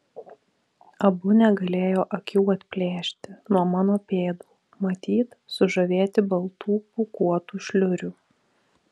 abu negalėjo akių atplėšti nuo mano pėdų matyt sužavėti baltų pūkuotų šliurių